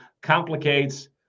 complicates